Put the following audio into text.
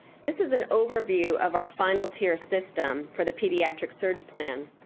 this is an overview of our final tier system for the pediatric surge plan.